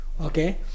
okay